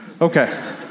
Okay